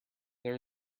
there